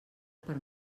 per